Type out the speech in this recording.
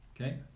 okay